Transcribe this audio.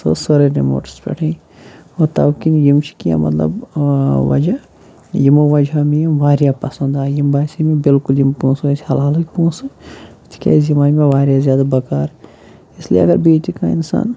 سۄ ٲس سٲرٕے رِموٹَس پٮ۪ٹھٕے اور تَمہِ کِنۍ یِم چھِ کینٛہہ مَطلب وَجہ یِمو وَجہو مےٚ یِم واریاہ پَسَنٛد آے یِم باسے مےٚ بلکل یِم پونٛسہٕ ٲسۍ حَلحلٕکۍ پونٛسہٕ تکیازِ یِم آے مےٚ واریاہ زیادٕ بَکار اِسلیے اگر بیٚیہِ تہِ کانٛہہ اِنسان